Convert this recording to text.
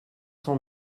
cent